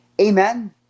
Amen